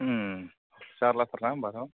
जारलाथारना होनबाथ'